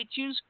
iTunes